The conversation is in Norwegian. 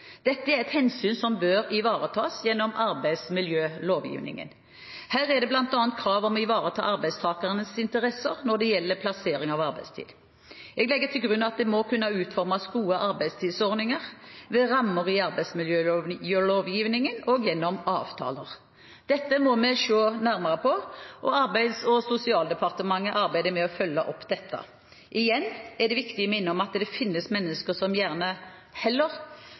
Dette er et hensyn som bør ivaretas gjennom arbeidsmiljølovgivningen. Her er det bl.a. krav om å ivareta arbeidstakernes interesser når det gjelder plassering av arbeidstid. Jeg legger til grunn at det må kunne utformes gode arbeidstidsordninger ved rammer i arbeidsmiljølovgivningen og gjennom avtaler. Dette må vi se nærmere på, og Arbeids- og sosialdepartementet arbeider med å følge opp dette. Igjen er det viktig å minne om at det finnes mennesker som gjerne heller